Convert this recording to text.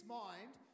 mind